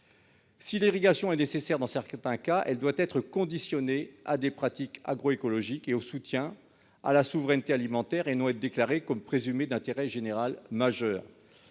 Si l'irrigation est nécessaire dans certains cas, elle doit être conditionnée à des pratiques agroécologiques et au soutien à la souveraineté alimentaire, et non être déclarée comme présumée d'intérêt général majeur.